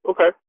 Okay